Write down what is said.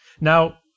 Now